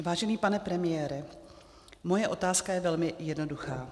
Vážený pane premiére, moje otázka je velmi jednoduchá.